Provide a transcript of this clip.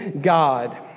God